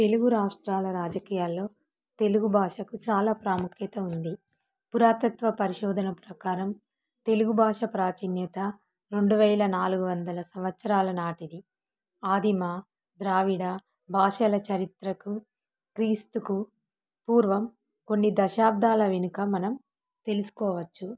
తెలుగు రాష్ట్రాల రాజకీయాల్లో తెలుగు భాషకు చాలా ప్రాముఖ్యత ఉంది పురాతత్వ పరిశోధన ప్రకారం తెలుగు భాష ప్రాచీన్యత రెండు వేల నాలుగు వందల సంవత్సరాల నాటిది ఆదిమ ద్రావిడ భాషల చరిత్రకు క్రీస్తుకు పూర్వం కొన్ని దశాబ్దాల వెనుక మనం తెలుసుకోవచ్చు